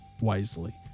wisely